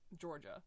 Georgia